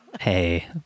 Hey